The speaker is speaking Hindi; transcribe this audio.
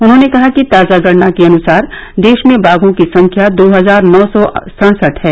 उन्होंने कहा कि ताजा गणना के अनुसार देश में बाघों की संख्या दो हजार नौ सौ सड़सठ है